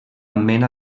mena